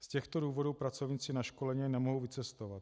Z těchto důvodů pracovníci na školení nemohou vycestovat.